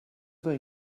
they